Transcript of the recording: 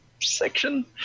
section